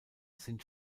sind